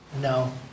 No